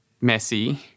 messy